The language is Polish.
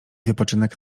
wypoczynek